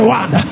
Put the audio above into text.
one